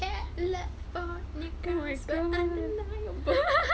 oh my god